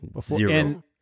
Zero